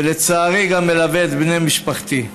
ולצערי גם מלווה את בני משפחתי.